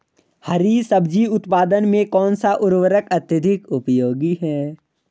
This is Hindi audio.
हरी सब्जी उत्पादन में कौन सा उर्वरक अत्यधिक उपयोगी है?